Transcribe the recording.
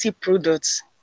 products